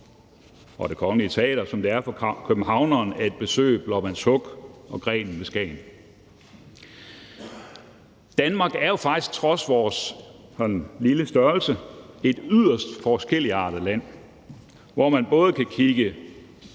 og Det Kongelige Teater, som det er for københavneren at besøge Blåvandshuk og Grenen i Skagen. Danmark er jo faktisk trods vores lille størrelse et yderst forskelligartet land, hvor man – hvis